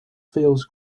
feels